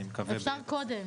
אני מקווה --- אפשר קודם,